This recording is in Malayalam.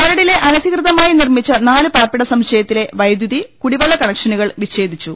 മരടിലെ അനധികൃതമായി നിർമിച്ച നാല് പാർപ്പിട സമുച്ചയ ത്തിലെ വൈദ്യുതി കുടിവെള്ള കണക്ഷനുകൾ വിഛേ ദിച്ചു